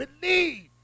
believe